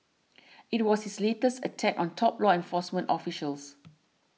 it was his latest attack on top law enforcement officials